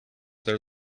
their